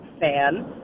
fan